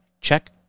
Check